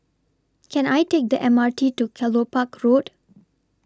Can I Take The M R T to Kelopak Road